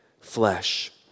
flesh